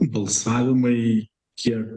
balsavimai kiek